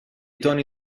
toni